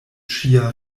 ŝia